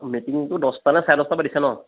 মিটিঙতো দহটানে চাৰে দহটাৰ পৰা দিছে ন'